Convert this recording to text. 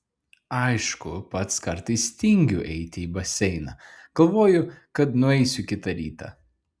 aišku pats kartais tingiu eiti į baseiną galvoju kad nueisiu kitą rytą